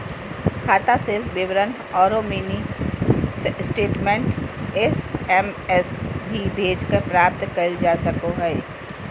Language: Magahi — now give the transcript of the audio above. खाता शेष विवरण औरो मिनी स्टेटमेंट एस.एम.एस भी भेजकर प्राप्त कइल जा सको हइ